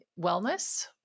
wellness